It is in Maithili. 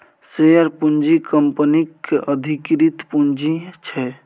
शेयर पूँजी कंपनीक अधिकृत पुंजी छै